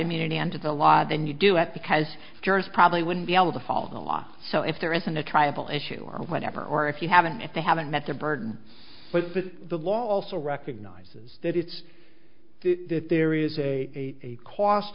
immunity under the law then you do it because jurist probably wouldn't be able to follow the law so if there isn't a triable issue or whatever or if you haven't if they haven't met their burden with the law also recognizes that it's that there is a cost